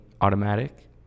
automatic